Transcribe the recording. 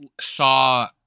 saw